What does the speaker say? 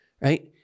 right